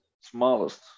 smallest